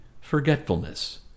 forgetfulness